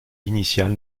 initial